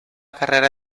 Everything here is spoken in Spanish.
carrera